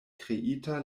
kreita